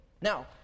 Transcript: Now